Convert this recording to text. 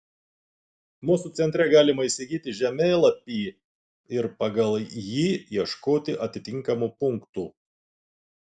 mūsų centre galima įsigyti žemėlapį ir pagal jį ieškoti atitinkamų punktų